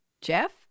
Jeff